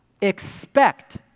expect